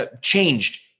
changed